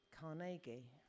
Carnegie